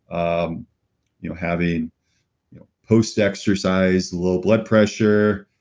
um you know having you know post-exercise low blood pressure,